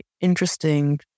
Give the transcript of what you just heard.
interesting